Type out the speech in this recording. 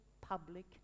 public